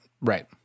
right